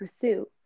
pursue